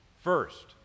First